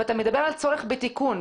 אתה מדבר על צורך בתיקון,